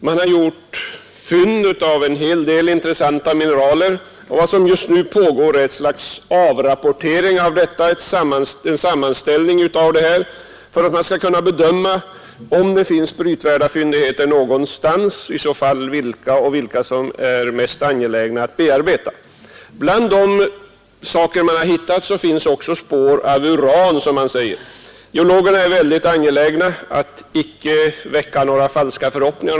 Man har gjort fynd av en hel del intressanta mineraler, och vad som just nu pågår är ett slags avrapportering för att man skall kunna bedöma om det finns brytvärda fyndigheter någonstans och i så fall vilka som är mest angelägna att bearbeta. Bland de saker man har hittat finns också spår av uran, som man säger. Geologerna är väldigt angelägna att inte väcka några falska förhoppningar.